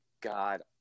god